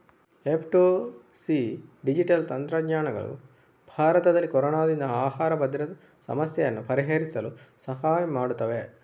F two C digital ತಂತ್ರಜ್ಞಾನಗಳು ಭಾರತದಲ್ಲಿ ಕೊರೊನಾದಿಂದ ಆಹಾರ ಭದ್ರತೆ ಸಮಸ್ಯೆಯನ್ನು ಪರಿಹರಿಸಲು ಸಹಾಯ ಮಾಡುತ್ತವೆ